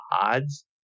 odds